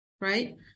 right